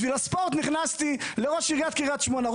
בשביל הספורט נכנסתי לראש עיריית קריית שמונה,